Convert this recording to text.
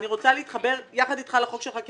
אני רוצה להתחבר יחד אתך לחוק שלך כי